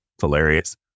Hilarious